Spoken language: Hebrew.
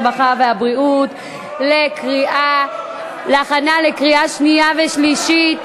הרווחה והבריאות להכנה לקריאה שנייה ושלישית.